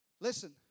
listen